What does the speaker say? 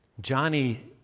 Johnny